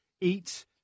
eat